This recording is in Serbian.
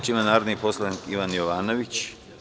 Reč ima narodni poslanik Ivan Jovanović.